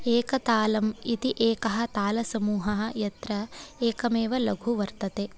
एक तालम् इति एकः तालसमूहः यत्र एकमेव लघु वर्तते